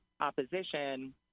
opposition